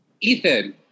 Ethan